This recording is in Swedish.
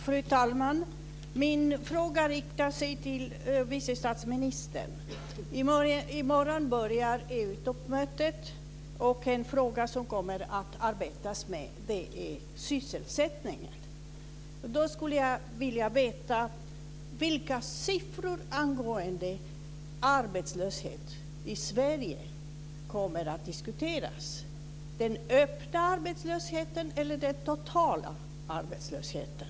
Fru talman! Min fråga riktar sig till vice statsministern. I morgon börjar EU-toppmötet. En fråga som kommer att arbetas med är sysselsättningen. Jag skulle vilja veta vilka siffror angående arbetslöshet i Sverige som kommer att diskuteras. Gäller de den öppna arbetslösheten eller den totala arbetslösheten?